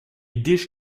dish